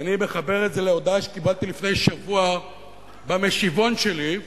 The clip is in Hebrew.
ואני מחבר את זה להודעה שקיבלתי לפני שבוע במשיבון שלי,